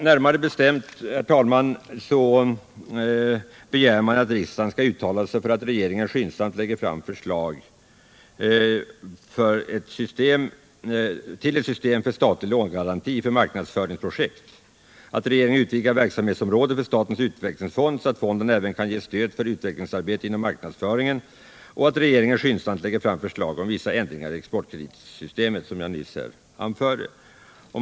Närmare bestämt begär man att riksdagen skall uttala sig för att regeringen skyndsamt lägger fram förslag till ett system för statlig lånegaranti för marknadsföringsprojekt, att regeringen utvidgar verksamhetsområdet för statens utvecklingsfond så att fonden även kan ge stöd för utvecklingsarbete inom marknadsföringen och att regeringen skyndsamt lägger fram förslag om vissa ändringar i exportkreditsystemet.